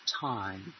time